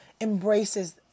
embraces